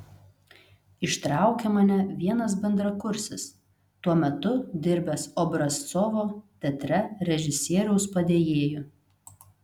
ištraukė mane vienas bendrakursis tuo metu dirbęs obrazcovo teatre režisieriaus padėjėju